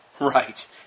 Right